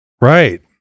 Right